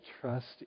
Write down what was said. trust